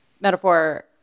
metaphor